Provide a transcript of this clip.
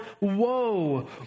woe